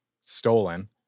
stolen